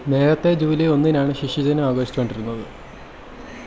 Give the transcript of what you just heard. നേരത്തെ ജൂലായ് ഒന്നിനാണ് ശിശുദിനം ആഘോഷിച്ചുകൊണ്ടിരുന്നത്